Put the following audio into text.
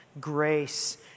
grace